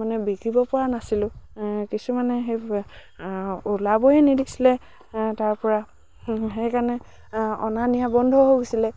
মানে বিকিব পৰা নাছিলোঁ কিছুমানে সেই ওলাবই নিদিছিলে তাৰপৰা সেইকাৰণে অনা নিয়া বন্ধ হৈ গৈছিলে